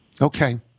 Okay